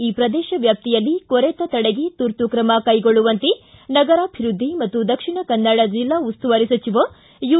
ಈ ಪ್ರದೇಶ ವ್ಕಾಪ್ತಿಯಲ್ಲಿ ಕೊರೆತ ತಡೆಗೆ ತುರ್ತು ಕ್ರಮ ಕೈಗೊಳ್ಳುವಂತೆ ನಗರಾಭಿವೃದ್ಧಿ ಮತ್ತು ದಕ್ಷಿಣ ಕನ್ನಡ ಜಿಲ್ಲಾ ಉಸ್ತುವಾರಿ ಸಚಿವ ಯು